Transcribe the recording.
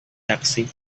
taksi